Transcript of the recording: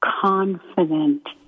confident